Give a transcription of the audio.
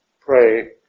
pray